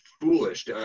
foolish